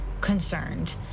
concerned